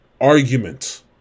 argument